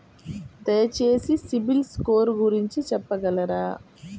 దయచేసి సిబిల్ స్కోర్ గురించి చెప్పగలరా?